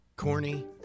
Corny